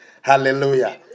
hallelujah